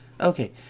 Okay